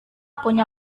punya